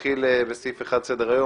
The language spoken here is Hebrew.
נתחיל בסעיף הראשון לסדר היום,